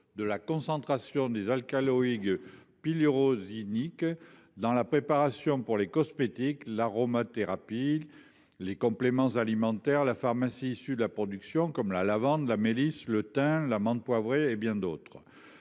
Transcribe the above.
de la concentration en alcaloïdes pyrrolizidiniques dans les préparations pour les cosmétiques, l’aromathérapie, les compléments alimentaires et la pharmacie issues de productions comme la lavande, la mélisse, le thym, la menthe poivrée et bien d’autres.